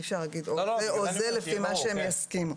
אי-אפשר לומר או זה או זה, לפי מה שהם יסכימו.